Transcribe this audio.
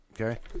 Okay